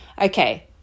Okay